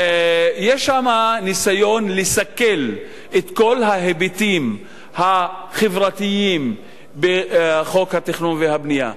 יש שם ניסיון לסכל את כל ההיבטים החברתיים בחוק התכנון והבנייה.